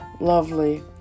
Lovely